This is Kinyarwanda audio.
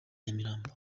nyamirambo